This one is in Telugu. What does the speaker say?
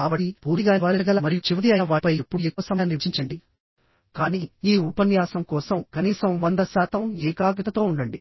కాబట్టి పూర్తిగా నివారించగల మరియు చివరిది అయిన వాటిపై ఎప్పుడూ ఎక్కువ సమయాన్ని వెచ్చించకండి కానీ ఈ ఉపన్యాసం కోసం కనీసం 100 శాతం ఏకాగ్రతతో ఉండండి